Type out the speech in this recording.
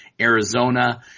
Arizona